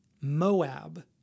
Moab